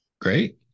Great